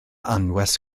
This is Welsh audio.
anwes